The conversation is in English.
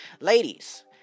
Ladies